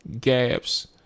gaps